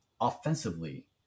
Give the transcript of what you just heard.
offensively